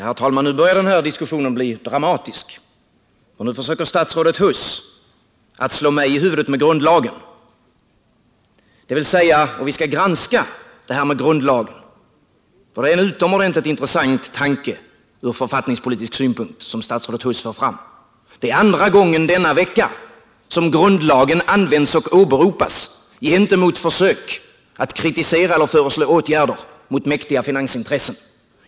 Herr talman! Nu börjar den här diskussionen bli dramatisk. Nu försöker statsrådet Huss slå mig i huvudet med grundlagen, dvs. med frågan om vi skall granska det här med grundlagen. Det är en utomordentligt intressant tanke ur författningspolitisk synpunkt som statsrådet Huss för fram är andra gången denna vecka som grundlagen används och åberopas gentemot försök att kritisera och föreslå åtgärder mot mäktiga finansintressen.